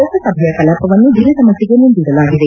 ಲೋಕಸಭೆಯ ಕಲಾಪವನ್ನು ದಿನದ ಮಟ್ಟಗೆ ಮುಂದೂಡಲಾಗಿದೆ